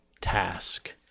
task